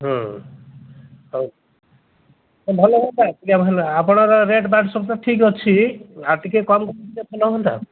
ହଁ ହଉ ଭଲ ହୁଅନ୍ତା ଆପଣଙ୍କ ରେଟ୍ ବାଟ ସବୁତ ଠିକ୍ ଅଛି ଆଉ ଟିକେ କମ୍ କଲେ ଟିକେ ଭଲ ହଅନ୍ତା